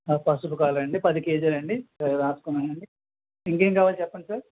పసుపు కావాలా అండీ పది కేజీలా అండీ సరే రాసుకున్నానండీ ఇంకా ఏం కావాలో చెప్పండి సార్